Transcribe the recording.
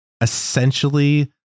essentially